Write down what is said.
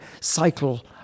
cycle